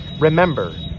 Remember